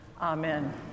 Amen